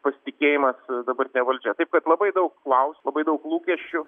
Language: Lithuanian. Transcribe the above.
pasitikėjimas dabartine valdžia taip kad labai daug klausimų labai daug lūkesčių